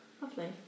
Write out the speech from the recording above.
Lovely